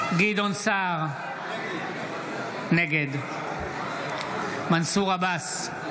סער, נגד מנסור עבאס,